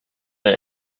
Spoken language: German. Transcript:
der